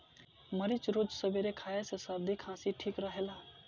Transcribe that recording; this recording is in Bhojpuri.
मरीच रोज सबेरे खाए से सरदी खासी ठीक रहेला